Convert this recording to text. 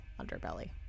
underbelly